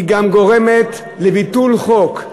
היא גם גורמת לביטול חוק,